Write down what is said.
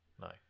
No